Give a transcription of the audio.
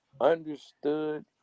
understood